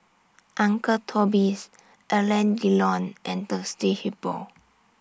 Uncle Toby's Alain Delon and Thirsty Hippo